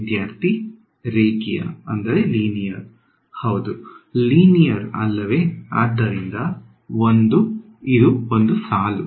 ವಿದ್ಯಾರ್ಥಿ ರೇಖೀಯ linear linear ಅಲ್ಲವೇ ಆದ್ದರಿಂದ ಇದು ಒಂದು ಸಾಲು